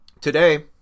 today